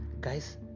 Guys